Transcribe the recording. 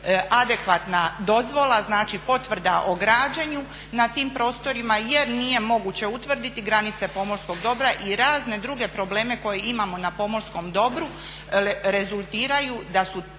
adekvatna dozvola, znači potvrda o građenju na tim prostorima jer nije moguće utvrditi granice pomorskog dobra i razne druge probleme koje imamo na pomorskom dobru rezultiraju da su